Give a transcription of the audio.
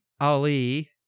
Ali